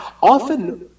often